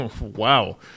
wow